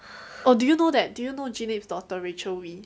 or do you know that do you know jean yip's daughter rachel wee